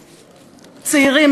צעירים,